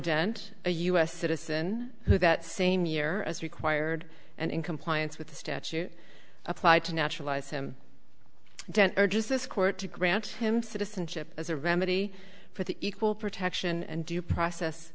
gent a us citizen who that same year as required and in compliance with the statute applied to naturalized him urges this court to grant him citizenship as a remedy for the equal protection and due process